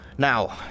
Now